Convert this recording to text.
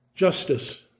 Justice